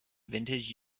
vintage